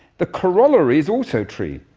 the corollary is also true,